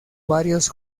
varios